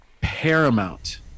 paramount